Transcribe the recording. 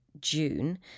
June